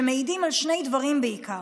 שמעידים על שני דברים בעיקר: